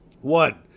One